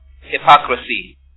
hypocrisy